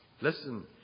Listen